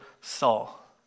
Saul